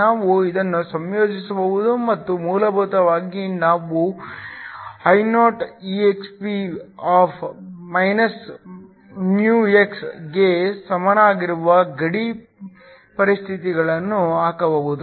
ನಾವು ಇದನ್ನು ಸಂಯೋಜಿಸಬಹುದು ಮತ್ತು ಮೂಲಭೂತವಾಗಿ ನಾವು Ioexp μx ಗೆ ಸಮಾನವಾಗಿರುವ ಗಡಿ ಪರಿಸ್ಥಿತಿಗಳನ್ನು ಹಾಕಬಹುದು